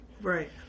right